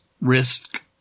risk